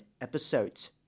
episodes